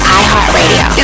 iHeartRadio